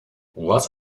what